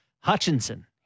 Hutchinson